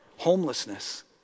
homelessness